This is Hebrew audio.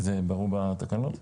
ברור בתקנות?